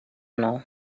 know